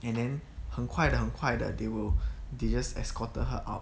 and then 很快的很快的 they will they just escorted her out